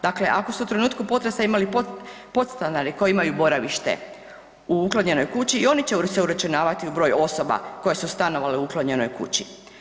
Dakle, ako su u trenutku potresa imali podstanare koji imaju boravište u uklonjenoj kući i oni će se uračunavati u broj osoba koje su stanovale u uklonjenoj kući.